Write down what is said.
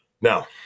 Now